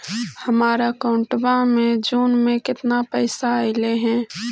हमर अकाउँटवा मे जून में केतना पैसा अईले हे?